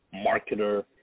marketer